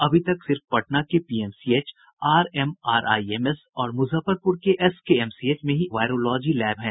अभी तक सिर्फ पटना के पीएमसीएच आरएमआरआईएमएस और मुजफ्फरपुर के एसकेएमसीएच में ही ऐसे लैब हैं